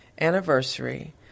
anniversary